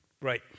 right